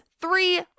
three